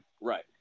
Right